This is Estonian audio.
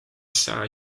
saa